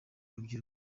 rubyiruko